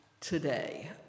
today